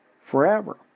forever